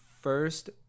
first